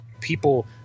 people